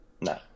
No